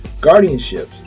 guardianships